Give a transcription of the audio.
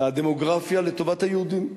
והדמוגרפיה לטובת היהודים.